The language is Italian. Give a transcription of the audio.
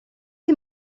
che